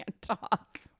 talk